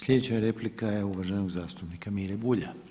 Slijedeća replika je uvaženog zastupnika Mire Bulja.